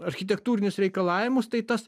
architektūrinius reikalavimus tai tas